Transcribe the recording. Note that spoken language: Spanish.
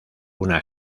una